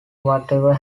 whatever